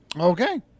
Okay